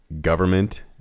government